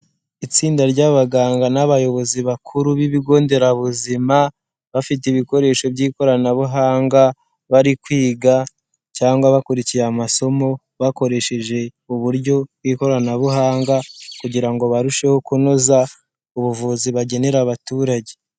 Itsinda ry'abaganga n'abayobozi bakuru b'ibigo nderabuzima, bafite ibikoresho by'ikoranabuhanga, bari kwiga cyangwa bakurikiye amasomo, bakoresheje uburyo bw'ikoranabuhanga kugira ngo barusheho kunoza ubuvuzi bagenera abaturage.